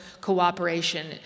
cooperation